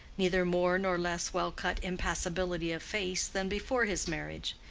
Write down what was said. neither more nor less well-cut impassibility of face, than before his marriage.